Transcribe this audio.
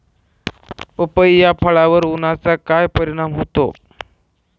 पपई या फळावर उन्हाचा काय परिणाम होतो?